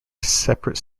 separate